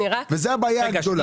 זו הבעיה הגדולה.